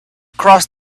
cross